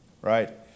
right